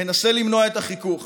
מנסה למנוע את החיכוך.